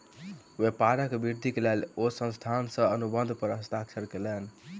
व्यापारक वृद्धिक लेल ओ संस्थान सॅ अनुबंध पर हस्ताक्षर कयलैन